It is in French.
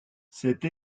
cette